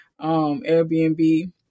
Airbnb